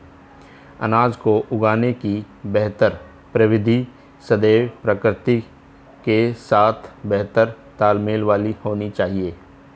अनाज को उगाने की बेहतर प्रविधि सदैव प्रकृति के साथ बेहतर तालमेल वाली होनी चाहिए